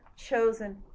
chosen